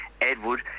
Edward